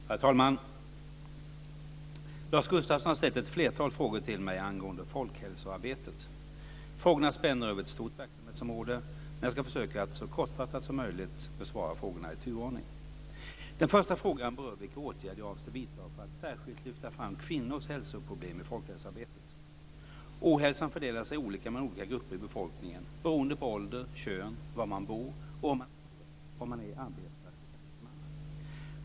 Herr talman! Lars Gustafsson har ställt ett flertal frågor till mig angående folkhälsoarbetet. Frågorna spänner över ett stort verksamhetsområde, men jag ska försöka att så kortfattat som möjligt besvara frågorna i turordning. Den första frågan berör vilka åtgärder jag avser vidta för att särskilt lyfta fram kvinnors hälsoproblem i folkhälsoarbetet. Ohälsan fördelar sig olika mellan olika grupper i befolkningen, beroende på ålder, kön, var man bor och om man är arbetare eller tjänsteman.